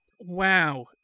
Wow